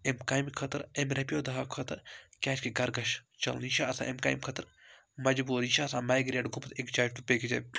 اَمہِ کامہِ خٲطرٕ اَمہِ رۄپیٚو دَہا خٲطرٕ کیٛازِ کہِ گَرٕ گژھِ چَلُن یہِ چھُ آسان اَمہِ کامہِ خٲطرٕ مجبوٗری یہِ چھُ آسان مایگریٹ گوٚمُت أکِس جایہِ ٹُو بیٚیِس جایہِ